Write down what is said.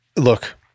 look